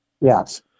Yes